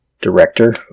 Director